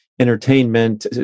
entertainment